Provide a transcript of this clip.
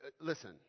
listen